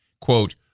quote